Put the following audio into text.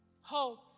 hope